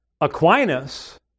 Aquinas